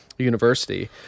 university